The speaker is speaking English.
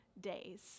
days